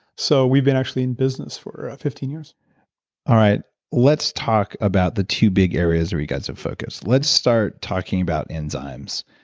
so, we've been actually in business for fifteen years alright. let's talk about the two big areas where you got so focus. let's start talking about enzymes.